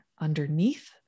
underneath